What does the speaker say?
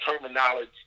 terminology